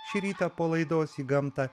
šį rytą po laidos į gamtą